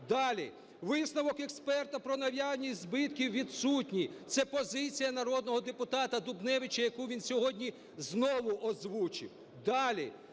Далі. "Висновок експерта про наявність збитків відсутні". Це позиція народного депутата Дубневича, яку він сьогодні знову озвучив.